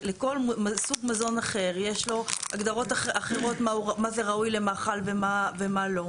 לכל סוג מזון אחר יש לו הגדרות אחרות מה זה ראוי למאכל ומה לא.